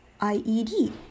-ied